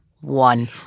one